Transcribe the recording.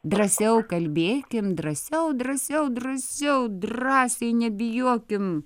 drąsiau kalbėkim drąsiau drąsiau drąsiau drąsiai nebijokim